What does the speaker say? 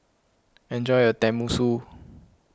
enjoy your Tenmusu